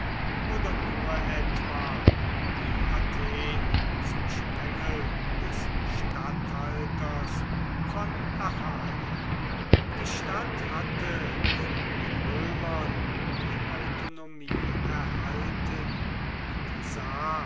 oder nur etwa wie athen zum sprengel des statthalters von achaia die stadt hatte von den römern die autonomie erhalten und sah